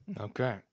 Okay